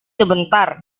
sebentar